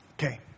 Okay